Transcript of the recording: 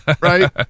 right